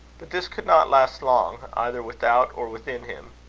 but this could not last long, either without or within him.